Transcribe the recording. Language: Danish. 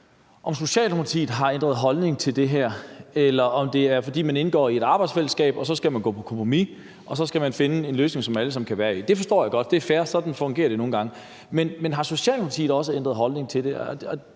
om Socialdemokratiet har ændret holdning til det her, eller om det er, fordi man indgår i et arbejdsfællesskab og så skal gå på kompromis og finde en løsning, som alle kan se sig i. Det forstår jeg godt, det er fair, sådan fungerer det nogle gange. Men har Socialdemokratiet også ændret holdning til det?